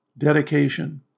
dedication